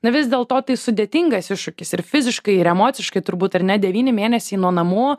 na vis dėlto tai sudėtingas iššūkis ir fiziškai ir emociškai turbūt ar ne devyni mėnesiai nuo namų